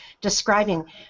describing